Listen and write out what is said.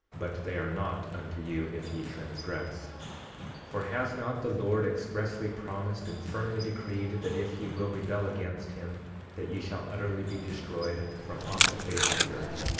but they are not unto you if ye transgress for has not the lord expressly promised and firmly decreed, that if ye will rebel against him that ye shall utterly be destroyed from off the face of the earth